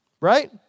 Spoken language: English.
Right